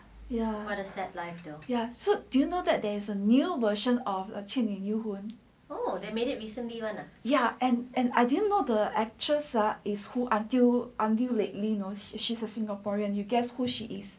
ya so do you know that there is a new version of 倩女幽魂 ya and and I didn't know the actual saw is who until until lately you know she's a singaporean you guess who she is